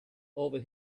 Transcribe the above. over